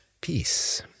peace